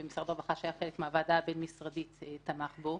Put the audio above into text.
ומשרד הרווחה שהיה חלק מהוועדה הבין-משרדית תמך בו.